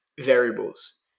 variables